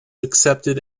accepted